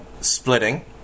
splitting